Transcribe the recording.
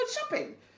shopping